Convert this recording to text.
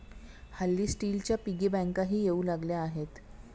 हल्ली स्टीलच्या पिगी बँकाही येऊ लागल्या आहेत